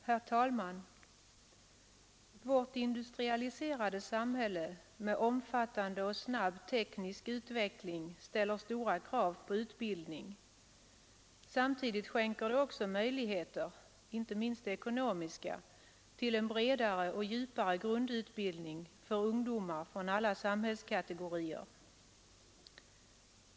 Herr talman! Vårt industrialiserade samhälle med omfattande och snabb teknisk utveckling ställer stora krav på utbildning. Samtidigt skänker det också möjligheter, inte minst ekonomiska, till en bredare och djupare grundutbildning för ungdomar från alla samhällskategorier.